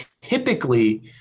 typically